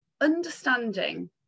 understanding